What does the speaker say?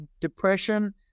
depression